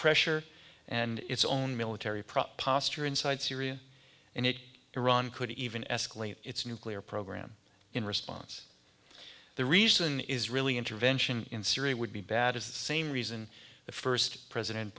pressure and its own military prop posture inside syria and it iran could even escalate its nuclear program in response the reason is really intervention in syria would be bad is the same reason the first president